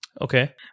Okay